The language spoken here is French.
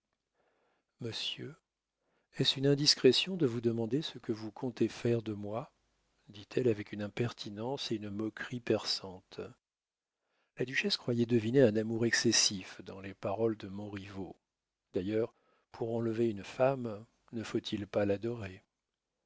monsieur est-ce une indiscrétion de vous demander ce que vous comptez faire de moi dit-elle avec une impertinence et une moquerie perçante la duchesse croyait deviner un amour excessif dans les paroles de montriveau d'ailleurs pour enlever une femme ne faut-il pas l'adorer